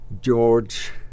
George